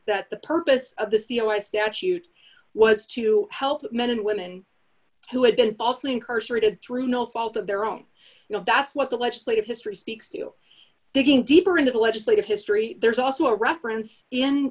that the purpose of the c e o i statute was to help men and women who had been falsely incarcerated through no fault of their own you know that's what the legislative history speaks to digging deeper into the legislative history there's also a reference in